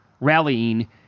rallying